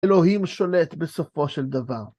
אלוהים שולט בסופו של דבר.